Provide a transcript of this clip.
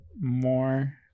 more